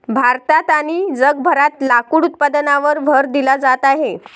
भारतात आणि जगभरात लाकूड उत्पादनावर भर दिला जात आहे